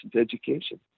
education